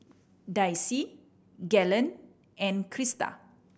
Daisye Galen and Krysta